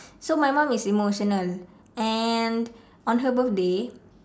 so my mum is emotional and on her birthday